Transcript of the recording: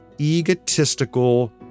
egotistical